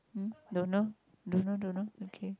hmm don't know don't know don't know okay